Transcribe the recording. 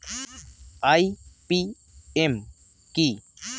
IPM কি?